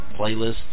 playlists